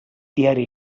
diari